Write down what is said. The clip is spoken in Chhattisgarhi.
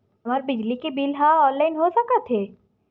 हमर बिजली के बिल ह ऑनलाइन हो सकत हे?